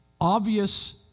obvious